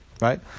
Right